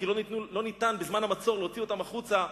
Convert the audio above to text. כי לא ניתן בזמן המצור להוציא אותם החוצה.